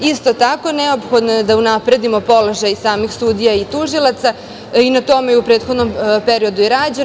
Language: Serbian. Isto tako neophodno je da unapredimo položaj samih sudija i tužilaca i na tome je u prethodnom periodu i rađeno.